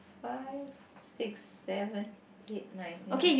five six seven eight nine ya